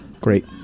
great